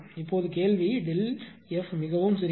இப்போது கேள்வி Δf மிகவும் சிறியது